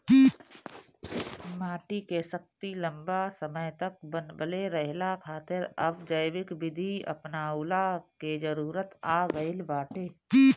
माटी के शक्ति लंबा समय तक बनवले रहला खातिर अब जैविक विधि अपनऊला के जरुरत आ गईल बाटे